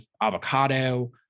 avocado